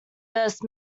best